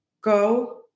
go